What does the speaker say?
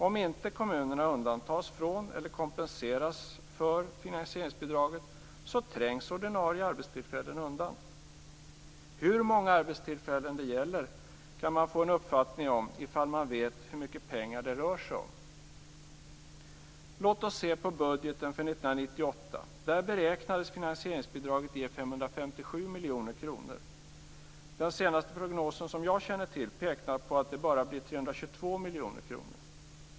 Om inte kommunerna undantas från, eller kompenseras för, finansieringsbidraget så trängs ordinarie arbetstillfällen undan. Hur många arbetstillfällen det gäller kan man få en uppfattning om ifall man vet hur mycket pengar det rör sig om. Låt oss se på budgeten för 1998. Där beräknades finansieringsbidraget ge 557 miljoner kronor. Den senaste prognos som jag känner till pekar på att det bara blir 322 miljoner kronor.